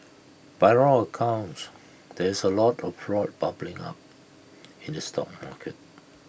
by all accounts there is A lot of A proud bubbling up in the stock market